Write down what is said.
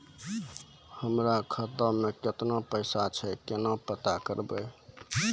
हमरा खाता मे केतना पैसा छै, केना पता करबै?